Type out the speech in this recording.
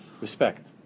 Respect